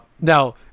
Now